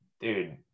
dude